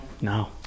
No